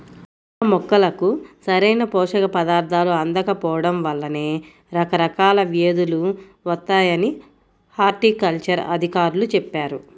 పూల మొక్కలకు సరైన పోషక పదార్థాలు అందకపోడం వల్లనే రకరకాల వ్యేదులు వత్తాయని హార్టికల్చర్ అధికారులు చెప్పారు